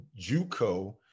JUCO